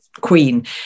queen